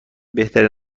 بهترین